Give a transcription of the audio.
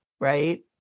right